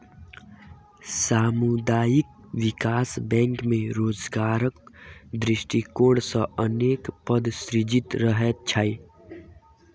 सामुदायिक विकास बैंक मे रोजगारक दृष्टिकोण सॅ अनेक पद सृजित रहैत छै